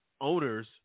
owners